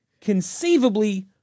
conceivably